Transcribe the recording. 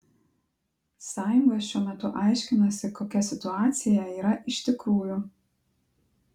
sąjunga šiuo metu aiškinasi kokia situacija yra iš tikrųjų